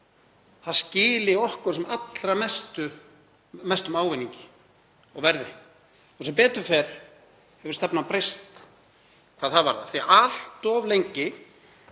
það skili okkur sem allra mestum ávinningi og virði. Sem betur fer hefur stefnan breyst hvað það varðar því að allt of lengi